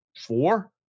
four